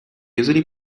usually